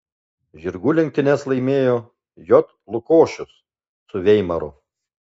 žirgų lenktynes laimėjo j lukošius su veimaru